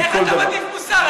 איך אתה מטיף מוסר?